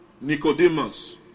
Nicodemus